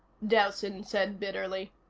dowson said bitterly.